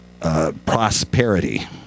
Prosperity